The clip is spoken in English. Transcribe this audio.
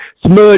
smudge